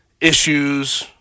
issues